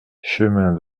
chemin